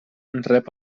rep